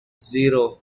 zero